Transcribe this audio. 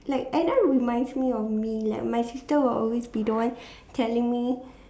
like Anna reminds me of me like my sister will always be the one telling me